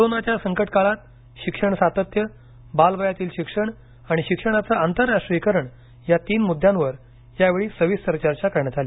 कोरोनाच्या संकटकाळात शिक्षण सातत्य बालवयातील शिक्षण आणि शिक्षणाचं आंतराष्ट्रीयीकरण या तीन मुद्यांवर यावेळी सविस्तर चर्चा करण्यात आली